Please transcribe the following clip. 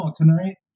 tonight